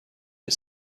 you